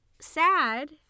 sad